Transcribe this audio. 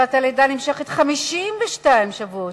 חופשת הלידה נמשכת 52 שבועות,